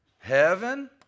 Heaven